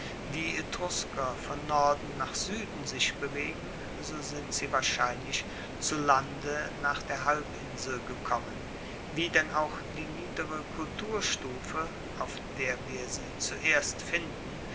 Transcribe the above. die etrusker von norden nach sueden sich bewegen so sind sie wahrscheinlich zu lande nach der halbinsel gekommen wie denn auch die niedere kulturstufe auf der wir sie zuerst finden